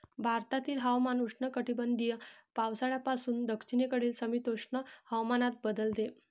भारतातील हवामान उष्णकटिबंधीय पावसाळ्यापासून दक्षिणेकडील समशीतोष्ण हवामानात बदलते